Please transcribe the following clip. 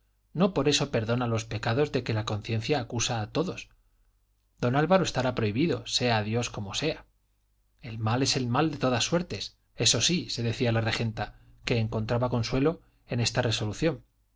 no por eso perdona los pecados de que la conciencia acusa a todos don álvaro estará prohibido sea dios como sea el mal es el mal de todas suertes eso sí se decía la regenta que encontraba consuelo en esta resolución